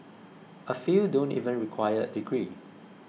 a few don't even require a degree